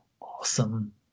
awesome